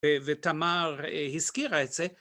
ותמר הזכירה את זה.